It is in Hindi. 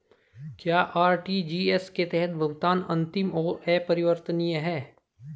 क्या आर.टी.जी.एस के तहत भुगतान अंतिम और अपरिवर्तनीय है?